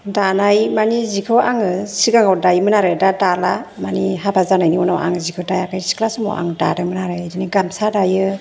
दानाय मानि जिखौ आङो सिगाङाव दायोमोन आरो दा दाला मानि हाबा जानायनि उनाव आं जिखौ दायाखै सिख्ला समाव आं दादोंमोन आरो बिदिनो गामसा दायो